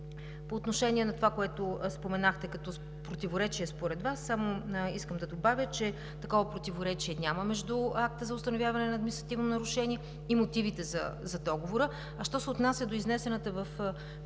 По отношение на това, което споменахте като противоречие според Вас, само искам да добавя, че такова противоречие между акта за установяване на административно нарушение и мотивите за договора няма. Що се отнася до изнесеното в писмото,